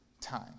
time